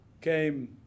came